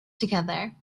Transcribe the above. together